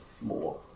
More